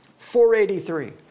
483